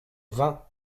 vingt